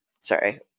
sorry